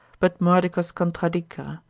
but mordicus contradicere,